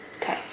Okay